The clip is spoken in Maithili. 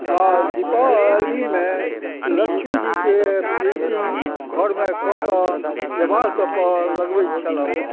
आओर दीपावलीमे लक्ष्मी जीके पेन्टिंग घरमे कऽ कऽ देवाल सबपर लगबैत छल हँ